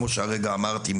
כמו שהרגע אמרתי,